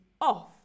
off